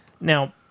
Now